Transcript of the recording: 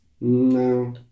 No